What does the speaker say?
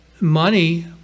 money